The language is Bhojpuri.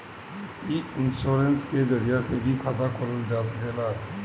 इ इन्शोरेंश के जरिया से भी खाता खोलल जा सकेला